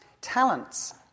Talents